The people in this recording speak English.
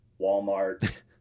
Walmart